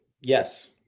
yes